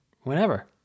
whenever